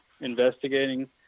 investigating